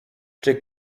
czy